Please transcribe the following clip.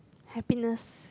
happiness